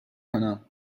کنم